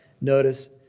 notice